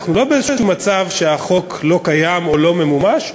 אנחנו לא במצב שהחוק לא קיים או לא ממומש.